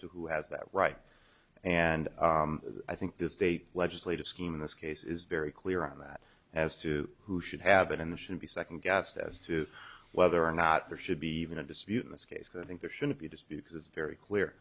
to who has that right and i think this state legislative scheme in this case is very clear on that as to who should have been in the should be second guessed as to whether or not there should be even a dispute in this case i think there should be just because it's very clear